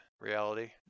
reality